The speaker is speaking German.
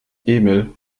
emil